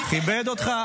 כיבד אותך.